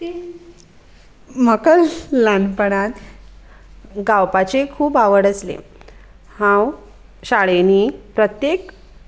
म्हाका ल्हानपणांत गावपाची खूब आवड आसली हांव शाळेंनी प्रत्येक